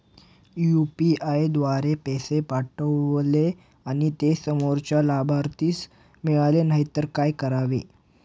UPI द्वारे पैसे पाठवले आणि ते समोरच्या लाभार्थीस मिळाले नाही तर काय करावे?